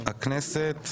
ועדת הכנסת.